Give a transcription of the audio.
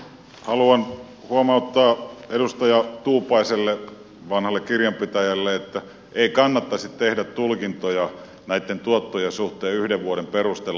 haluan huomauttaa edustaja tuupaiselle vanhalle kirjanpitäjälle että ei kannattaisi tehdä tulkintoja näitten tuottojen suhteen yhden vuoden perusteella